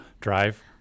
Drive